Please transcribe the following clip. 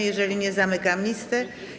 Jeżeli nie, zamykam listę.